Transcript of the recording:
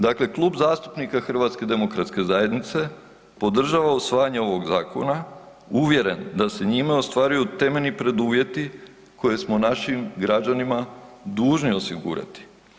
Dakle, Klub zastupnika HDZ-a podržava usvajanje ovog zakona uvjeren da se njime ostvaruju temeljni preduvjeti koje smo našim građanima dužni osigurati.